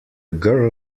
girl